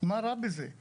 מה רע בזה,